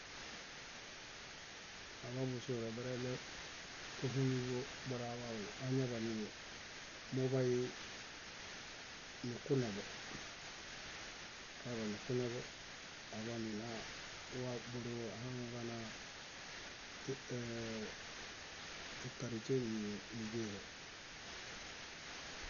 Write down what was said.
Aḃaḃusure mereɭew káhumimbo buraḃaḃu, añaḃanii muḃay, nikunembo, aeḃanikunebo aḃanilaa wa bórewa aihaŋuġanaa e- ee- ékarite niḃero.